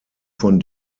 von